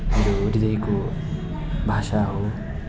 मेरो हृदयको भाषा हो